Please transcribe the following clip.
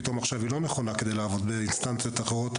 פתאום לא נכונה כדי לעמוד באינסטנציות אחרות,